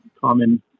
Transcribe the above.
common